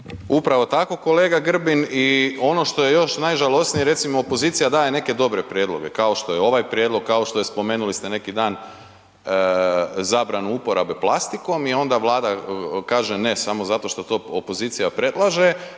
Upravo tako kolega Grbin i ono što je još najžalosnije, recimo, opozicija daje neke dobre prijedloge, kao što je ovaj prijedlog, kao što je, spomenuli ste neki dan zabranu uporabe plastikom i onda Vlada kaže ne samo zato što to opozicija predlaže,